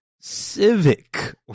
civic